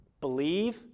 Believe